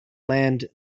land